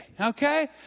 okay